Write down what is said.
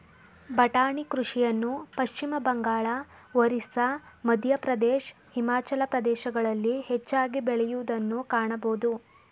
ಬಟಾಣಿ ಕೃಷಿಯನ್ನು ಪಶ್ಚಿಮಬಂಗಾಳ, ಒರಿಸ್ಸಾ, ಮಧ್ಯಪ್ರದೇಶ್, ಹಿಮಾಚಲ ಪ್ರದೇಶಗಳಲ್ಲಿ ಹೆಚ್ಚಾಗಿ ಬೆಳೆಯೂದನ್ನು ಕಾಣಬೋದು